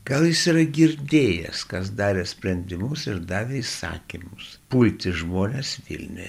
gal jis yra girdėjęs kas darė sprendimus ir davė įsakymus pulti žmones vilniuje